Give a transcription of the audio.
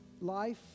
life